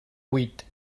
huit